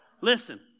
Listen